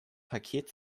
paket